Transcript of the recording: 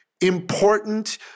important